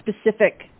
specific